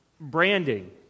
branding